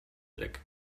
weg